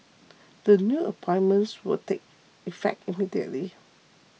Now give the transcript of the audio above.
the new appointments will take effect immediately